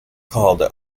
called